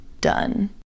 done